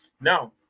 Now